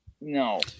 No